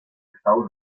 estados